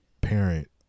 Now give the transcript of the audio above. parent